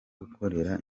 gukorera